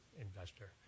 investor